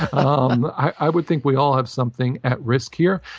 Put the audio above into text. i would think we all have something at risk here.